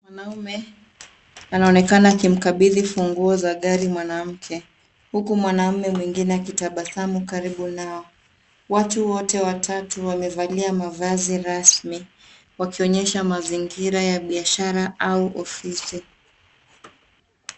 Mwanaume anaonekana akimkabidhi funguo za gari mwanamke .Huku mwanaume mwingine akitabasamu karibu nao. Watu wore watatu wamevalia mavazi rasmi wakionyesha mazingira ya biashara au ofisi.